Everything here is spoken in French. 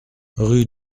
rue